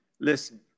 listen